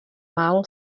málo